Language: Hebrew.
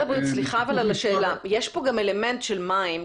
סליחה על השאלה: יש פה גם אלמנט של מים.